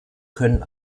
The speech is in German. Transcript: können